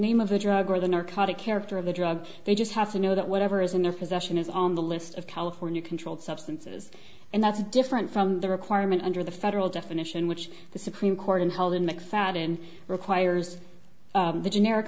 name of the drug or the narcotic character of the drug they just has a know that whatever is in their physician is on the list of california controlled substances and that's different from the requirement under the federal definition which the supreme court in held in mcfadden requires the generic